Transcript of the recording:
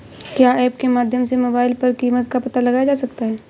क्या ऐप के माध्यम से मोबाइल पर कीमत का पता लगाया जा सकता है?